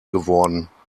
geworden